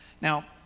Now